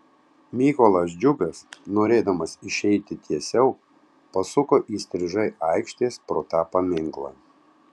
mykolas džiugas norėdamas išeiti tiesiau pasuko įstrižai aikštės pro tą paminklą